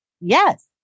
yes